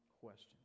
question